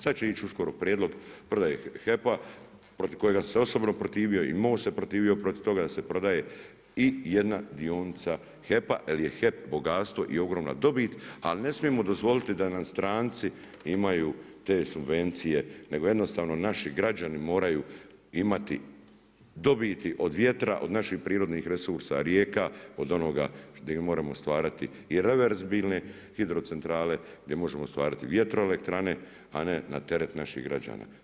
Sada će ići uskoro prijedlog prodaje HEP-a protiv kojega sam se osobno protivio i Most se protivio protiv toga da se prodaja i jedna dionica HEP-a jel je HEP bogatstvo i ogromna dobit, ali ne smijemo dozvoliti da nam stranci imaju te subvencije nego naši građani moraju imati dobiti od vjetra, od naših prirodnih resursa, rijeka od onoga gdje mi možemo stvarati i reverzibilne hidrocentrale gdje možemo stvarati vjetroelektrane, a ne na teret naših građana.